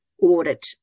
audit